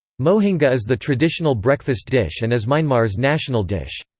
mohinga is the traditional breakfast dish and is myanmar's national dish.